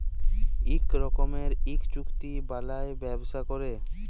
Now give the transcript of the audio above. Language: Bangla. ইক রকমের ইক চুক্তি বালায় ব্যবসা ক্যরে